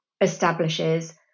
establishes